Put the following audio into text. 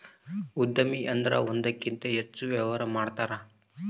ಉದ್ಯಮಿ ಅಂದ್ರೆ ಒಂದಕ್ಕಿಂತ ಹೆಚ್ಚು ವ್ಯವಹಾರ ಮಾಡ್ತಾರ